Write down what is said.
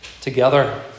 together